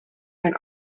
and